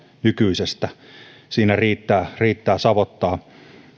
nykyisestä siinä riittää riittää savottaa